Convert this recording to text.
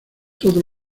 todo